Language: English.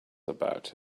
about